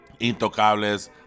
Intocables